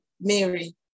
Mary